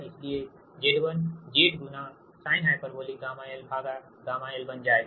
इसीलिए Z1 Z sinh γ lγ l बन जाएगा